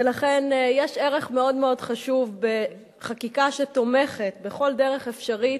ולכן יש ערך מאוד-מאוד חשוב בחקיקה שתומכת בכל דרך אפשרית